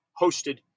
hosted